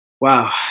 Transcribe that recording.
wow